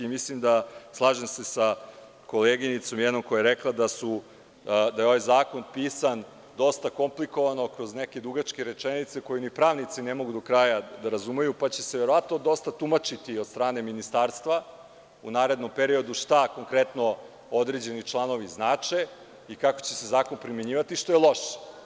Slažem se sa koleginicom koja je rekla da je ovaj zakon pisan dosta komplikovano, kroz neke dugačke rečenice koju ni pravnici ne mogu do kraja da razumeju, pa će se verovatno dosta tumačiti od strane ministarstva u narednom periodu šta konkretno određeni članovi znače i kako će se zakon primenjivati, što je loše.